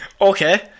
Okay